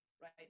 Right